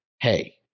Hey